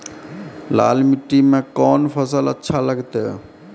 लाल मिट्टी मे कोंन फसल अच्छा लगते?